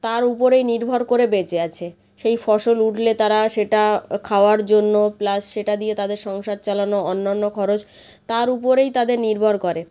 তার উপরেই নির্ভর করে বেঁচে আছে সেই ফসল উঠলে তারা সেটা খাওয়ার জন্য প্লাস সেটা দিয়ে তাদের সংসার চালানো অন্য অন্য খরচ তার উপরেই তাদের নির্ভর করে